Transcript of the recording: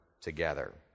together